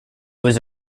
was